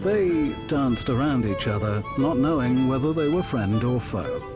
they danced around each other not knowing whether they were friend or foe.